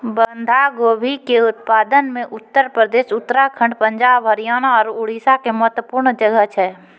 बंधा गोभी के उत्पादन मे उत्तर प्रदेश, उत्तराखण्ड, पंजाब, हरियाणा आरु उड़ीसा के महत्वपूर्ण जगह छै